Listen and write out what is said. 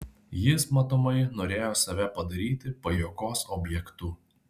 jis matomai norėjo save padaryti pajuokos objektu